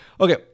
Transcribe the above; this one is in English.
Okay